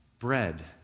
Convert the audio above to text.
Bread